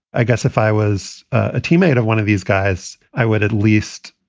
i guess if i was a teammate of one of these guys, i would at least,